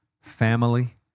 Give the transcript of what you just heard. family